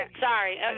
Sorry